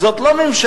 זאת לא ממשלה